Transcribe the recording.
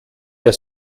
der